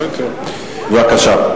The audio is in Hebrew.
בבקשה.